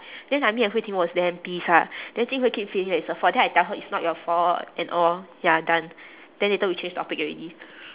then like me and hui ting was damn pissed ah then jing hui keep feeling that it's her fault then I tell her it's not your fault and all ya done then later we change topic already